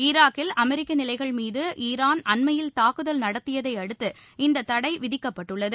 ஈராக்கில் அமெரிக்க நிலைகள் மீது ஈரான் அண்மையில் தாக்குதல் நடத்தியதை அடுத்து இந்தத் தடை விதிக்கப்பட்டுள்ளது